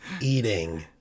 eating